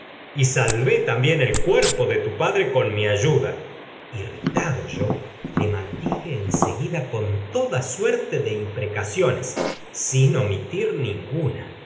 y salvé también el cuerpo de tu padre con mi ayuda irritado yo seguida con le mal dije en toda suerte de imprecaciones sin omitir ninguna